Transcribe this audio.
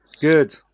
good